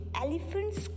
elephants